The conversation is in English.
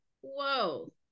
whoa